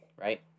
right